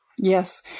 Yes